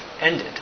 ended